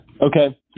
Okay